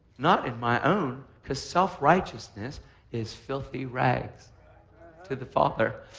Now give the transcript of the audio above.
not in my own because self-righteousness is filthy rags to the father.